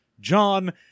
john